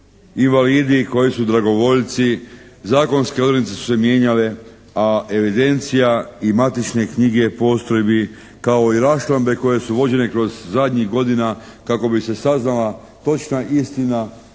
invalidi, koji su dragovoljci. Zakonske odrednice su se mijenjale, a evidencija i matične knjige postrojbi kao i raščlambe koje su vođene kroz zadnjih godina kako bi se saznala točna istina gdje